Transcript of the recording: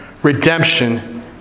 Redemption